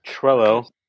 Trello